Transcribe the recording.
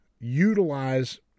utilize